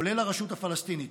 כולל הרשות הפלסטינית.